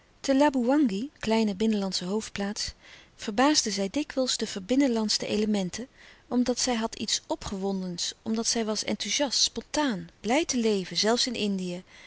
kleine binnenlandsche hoofdplaats verbaasde zij dikwijls de verbinnenlandschte elementen omdat zij had iets opgewondens omdat zij was enthouziast spontaan blij te leven zelfs in indië